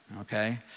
okay